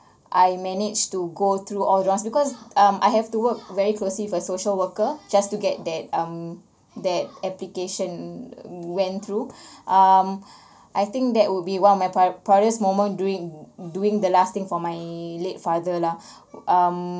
I managed to go through all rounds because um I have to work very closely with a social worker just to get that um that application went through um I think that would be one of my proud proudest moment doing doing the last thing for my late father lah um